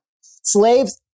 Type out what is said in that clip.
Slaves